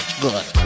good